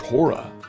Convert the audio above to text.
Torah